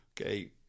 okay